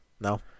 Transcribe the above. no